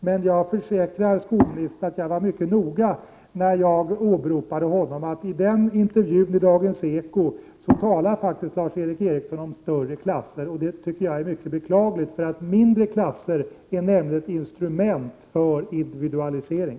Men jag kan försäkra skolministern att jag var mycket noga när jag åberopade honom. I intervjun i Dagens Eko talade faktiskt Lars Eric Ericsson om större klasser. Det är mycket beklagligt, för mindre klasser är nämligen ett instrument för individualisering.